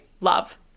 love